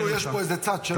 כאילו יש פה איזה צד שלא רוצה.